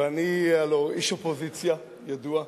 ואני הלוא איש אופוזיציה ידוע.